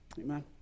Amen